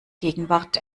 gegenwart